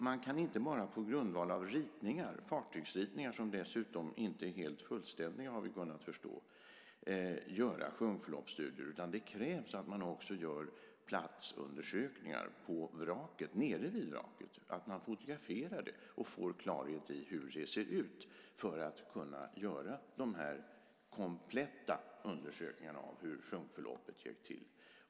Man kan inte bara på grundval av fartygsritningar, som dessutom inte - har vi kunnat förstå - är helt fullständiga, göra sjunkförloppsstudier, utan det krävs att man också gör platsundersökningar nere vid vraket, att man fotograferar vraket och får klarhet i hur det ser ut - detta för att kunna göra just kompletta undersökningar av sjunkförloppet.